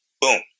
boom